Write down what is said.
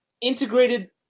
integrated